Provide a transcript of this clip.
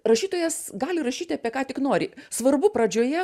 rašytojas gali rašyti apie ką tik nori svarbu pradžioje